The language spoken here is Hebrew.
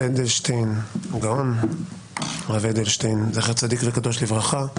הגאון אדלשטיין זכר צדיק וקדוש לברכה,